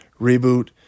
reboot